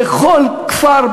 בכל כפר,